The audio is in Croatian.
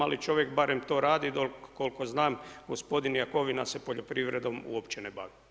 Ali čovjek barem to radi, a onoliko koliko znam gospodin Jakovina se poljoprivredom uopće ne bavi.